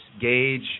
gauge